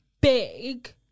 big